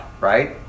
right